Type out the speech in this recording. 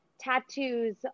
tattoos